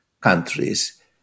countries